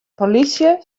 polysje